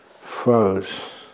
froze